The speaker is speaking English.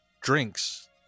drinks